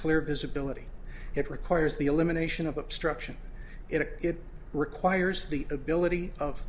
clear visibility it requires the elimination of obstruction if it requires the ability of